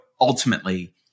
ultimately